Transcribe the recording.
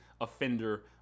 offender